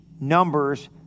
numbers